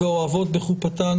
ו"אוהבות בחופתן".